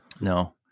no